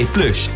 Plus